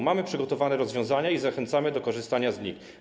Mamy przygotowane rozwiązania i zachęcamy do korzystania z nich.